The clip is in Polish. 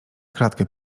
klatkę